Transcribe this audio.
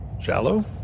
Shallow